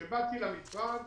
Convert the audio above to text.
כשבאתי למשרד,